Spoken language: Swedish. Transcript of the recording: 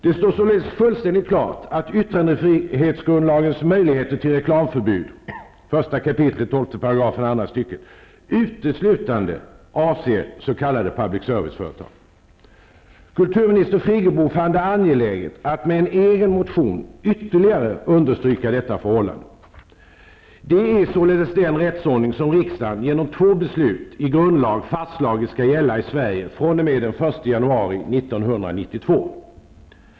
Det står således fullständigt klart att yttrandefrihetsgrundlagens möjligheter till reklamförbud -- 1 kap., 12 §, andra stycket -- Kulturminister Friggebo fann det angeläget att med en egen motion ytterligare understryka detta förhållande. Det är således den rättsordning som riksdagen, genom två beslut, i grundlag fastslagit skall gälla i Sverige fr.o.m. den 1 januari 1992!